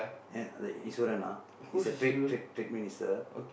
and the Iswaran ah is a trade trade trade minister